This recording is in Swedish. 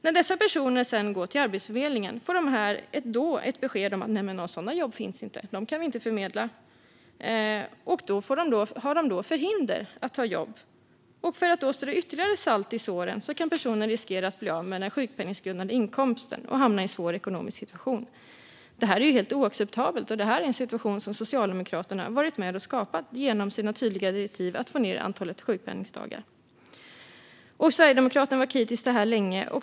När dessa personer sedan går till Arbetsförmedlingen får de beskedet att några sådana jobb inte finns och att man inte kan förmedla några sådana. Detta räknas då som att de har förhinder att ta jobb. För att strö ytterligare salt i såren riskerar de därför att bli av med sin sjukpenninggrundande inkomst och hamna i en svår ekonomisk situation. Detta är helt oacceptabelt och något som Socialdemokraterna varit med om att skapa genom sina tydliga direktiv om att få ned antalet sjukpenningdagar. Sverigedemokraterna har länge kritiserat detta.